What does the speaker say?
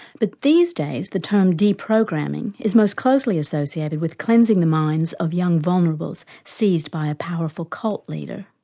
but these days the term deprogramming is most closely associated with cleansing the minds of young vulnerables seized by a powerful cult leader.